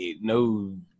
no